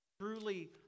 truly